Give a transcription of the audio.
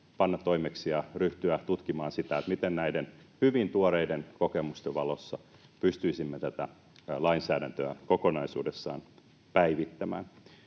panna toimeksi ja ryhtyä tutkimaan sitä, miten näiden hyvin tuoreiden kokemusten valossa pystyisimme tätä lainsäädäntöä kokonaisuudessaan päivittämään.